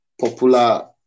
Popular